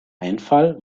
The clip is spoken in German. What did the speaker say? einfall